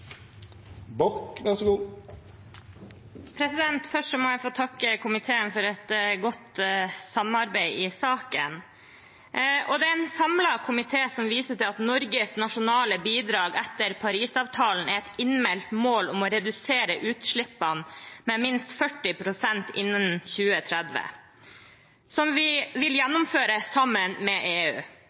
som viser til at Norges nasjonale bidrag etter Parisavtalen er et innmeldt mål om å redusere utslippene med minst 40 pst. innen 2030, noe vi vil gjennomføre sammen med EU.